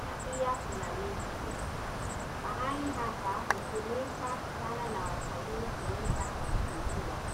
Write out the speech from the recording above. na pia kuna miche. Mahali hapa hutumika sana na watalii kuweza kutulia.